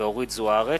ואורית זוארץ,